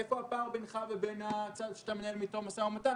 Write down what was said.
איפה הפער בינך לבין הצד שאיתו אתה מנהל משא ומתן?